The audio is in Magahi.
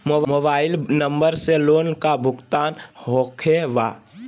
मोबाइल नंबर से लोन का भुगतान होखे बा?